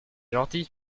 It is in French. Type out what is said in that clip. gentil